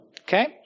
Okay